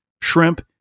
shrimp